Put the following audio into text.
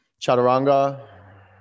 chaturanga